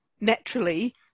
naturally